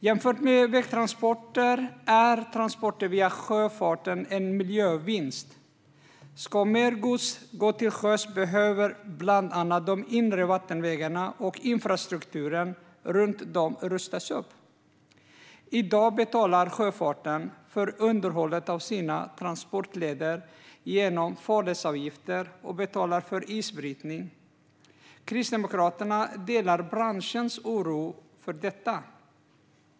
Jämfört med vägtransporter är transporter via sjöfart en miljövinst. Om mer gods ska gå sjövägen behöver bland annat de inre vattenvägarna och infrastrukturen runt dessa rustas upp. I dag betalar sjöfarten för underhållet av sina transportleder genom farledsavgifter och för isbrytning. Kristdemokraterna delar branschens oro för detta.